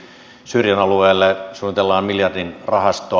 syyrian alueelle suunnitellaan miljardin rahastoa